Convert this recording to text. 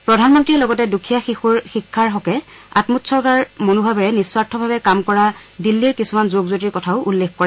প্ৰধানমন্তীয়ে লগতে দুখীয়া শিশুৰ শিক্ষাৰ হকে আমোৎসৰ্গাৰ মনোভাৱেৰে নিঃস্বাৰ্থভাৱে কাম কৰা দিল্লীৰ কিছুমান যুৱক যুৱতীৰ কথাও উল্লেখ কৰে